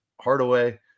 Hardaway